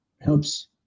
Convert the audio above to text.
helps